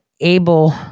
able